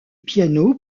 piano